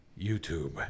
YouTube